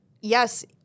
Yes